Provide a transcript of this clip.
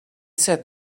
said